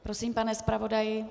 Prosím, pane zpravodaji.